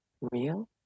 real